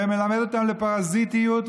ומלמד אותם פרזיטיות,